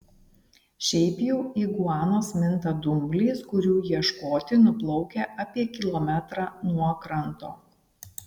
šiaip jau iguanos minta dumbliais kurių ieškoti nuplaukia apie kilometrą nuo kranto